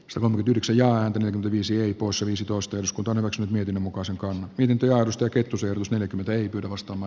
savumyrkytyksen ja visioi poissa viisitoista eduskunta hyväksyi mietinnön mukaisen tilinteosta kettu seurustele peiton ostama